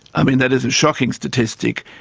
i mean, that is a shocking statistic.